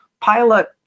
pilot